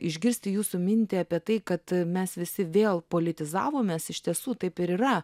išgirsti jūsų mintį apie tai kad mes visi vėl politizavomės iš tiesų taip ir yra